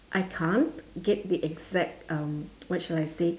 I can't get the exact um what shall I say